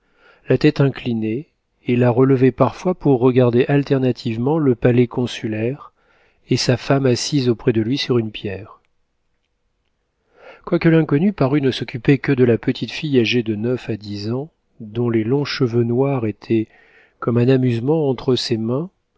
la tête inclinée et la relevait parfois pour regarder alternativement le palais consulaire et sa femme assise auprès de lui sur une pierre quoique l'inconnue parût ne s'occuper que de la petite fille âgée de neuf à dix ans dont les longs cheveux noirs étaient comme un amusement entre ses mains